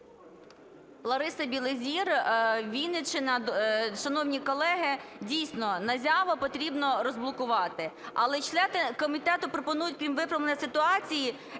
Лариса Білозір, Вінниччина. Шановні колеги, дійсно, НАЗЯВО потрібно розблокувати. Але члени комітету пропонують, крім виправлення ситуації